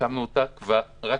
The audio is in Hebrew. הקמנו אותה ב-2008.